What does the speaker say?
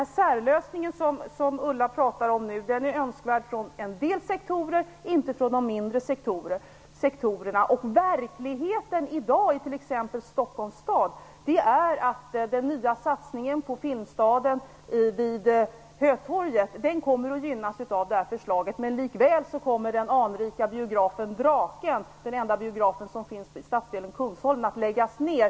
Den särlösning som Ulla Rudin nu pratar om är önskvärd från en del sektorer, men inte från de mindre sektorerna. Verkligheten i dag i t.ex. Stockholms stad är den att den nya satsningen på Filmstaden vid Hötorget kommer att gynnas av det här förslaget, men likväl kommer den anrika biografen Draken, som är den enda biografen i stadsdelen Kungsholmen, att läggas ned.